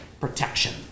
protection